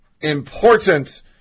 important